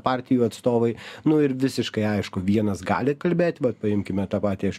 partijų atstovai nu ir visiškai aišku vienas gali kalbėt va paimkime tą patį aš